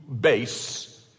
base